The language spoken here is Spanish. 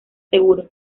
seguro